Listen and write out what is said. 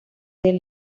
del